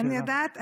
אני יודעת,